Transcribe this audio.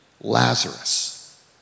Lazarus